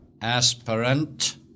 aspirant